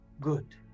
Good